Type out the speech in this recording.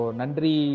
Nandri